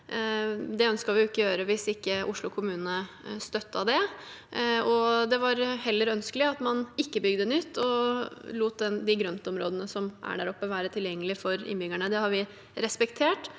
Det ønsket vi ikke å gjøre hvis Oslo kommune ikke støttet det. Det var ønskelig at man ikke bygde nytt, men heller lot de grøntområdene som er der oppe, være tilgjengelige for innbyggerne. Det har vi respektert,